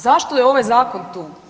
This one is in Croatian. Zašto je ovaj zakon tu?